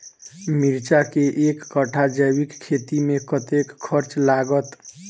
मिर्चा केँ एक कट्ठा जैविक खेती मे कतेक खर्च लागत?